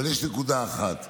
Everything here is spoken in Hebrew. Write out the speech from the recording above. אבל יש נקודה אחת: